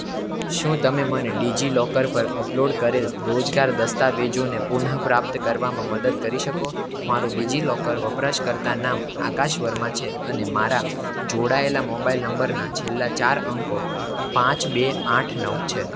શું તમે મને ડિજિલોકર પર અપલોડ કરેલ રોજગાર દસ્તાવેજોને પુન પ્રાપ્ત કરવામાં મદદ કરી શકો મારું ડિજિલોકર વપરાશકર્તા નામ આકાશ વર્મા છે અને મારા જોડાયેલા મોબાઇલ નંબરના છેલ્લા ચાર અંકો પાંચ બે આઠ નવ છે